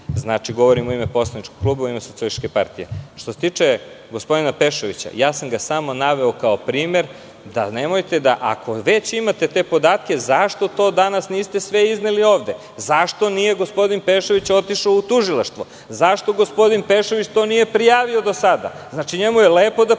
imati. Govorim u ime poslaničkog kluba, u ime SPS.Što se tiče gospodina Pešovića, ja sam ga samo naveo kao primer. Ako već imate te podatke, zašto to danas niste sve izneli ovde? Zašto nije gospodin Pešović otišao u tužilaštvo? Zašto gospodin Pešović to nije prijavio do sada? Znači, njemu je lepo da prima